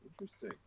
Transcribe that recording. Interesting